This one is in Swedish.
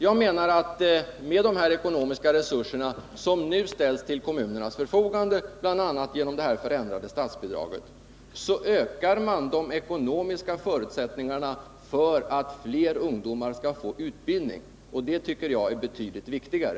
Jag menar att med de ekonomiska resurser som nu ställs till kommunernas förfogande bl.a. genom det förändrade statsbidraget, ökar man de ekonomiska förutsättningarna för att fler ungdomar skall få utbildning, och det tycker jag är betydligt viktigare.